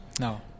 No